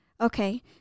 Okay